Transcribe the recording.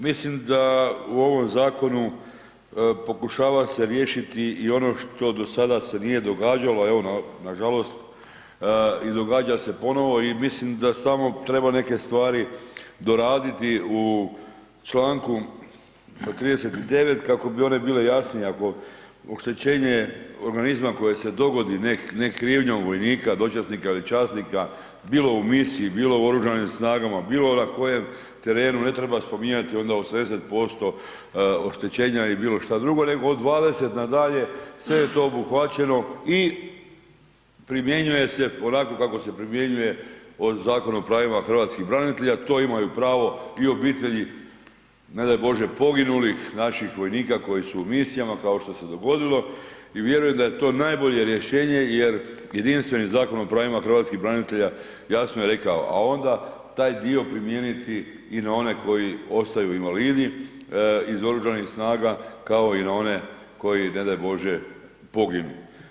Mislim da u ovom zakonu pokušava se riješiti i ono što do sada se nije događalo, evo, nažalost, i događa se ponovo i mislim da samo treba neke stvari doraditi u čl. 39 kako bi one bile jasnije, ako oštećenje organizma koje se dogodi ne krivnjom vojnika, dočasnika ili časnika, bilo u misiji, bilo u Oružanim snagama, bilo na kojem terenu, ne treba spominjati onda 80% oštećenja nego bilo što drugo, nego od 20 na dalje sve je to obuhvaćeno i primjenjuje se onako kako se primjenjuje Zakon o pravima hrvatskih branitelja, to imaju pravo i obitelji, ne daj Bože poginulih, naših vojnika koji su u misijama, kao što se dogodilo i vjerujem da je to najbolje rješenje jer jedinstveni Zakon o pravima hrvatskih branitelja jasno je rekao, a onda taj dio primijeniti i na one koji ostaju invalidi iz Oružanih snaga, kao i na one koji, ne daj Bože poginu.